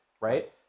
right